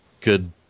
good